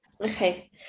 Okay